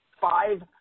five